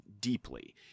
deeply